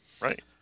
Right